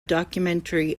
documentary